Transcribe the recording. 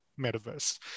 metaverse